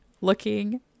looking